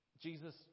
Jesus